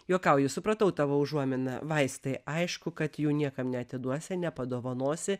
juokauju supratau tavo užuominą vaistai aišku kad jų niekam neatiduosi nepadovanosi